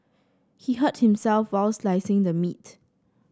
he hurt himself while slicing the meat